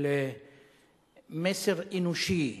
של מסר אנושי.